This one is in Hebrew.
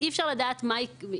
אי אפשר לדעת מה יקרה.